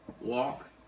Walk